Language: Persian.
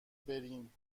برین